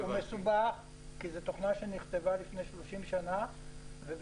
זה מסובך כי זו תוכנה שנכתבה לפני 30 שנים ובשביל